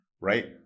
right